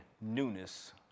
newness